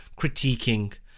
critiquing